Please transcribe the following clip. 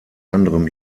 anderem